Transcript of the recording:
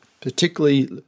particularly